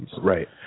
Right